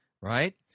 right